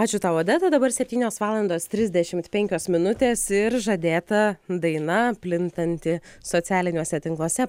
ačiū tau odeta dabar septynios valandos trisdešimt penkios minutės ir žadėta daina plintanti socialiniuose tinkluose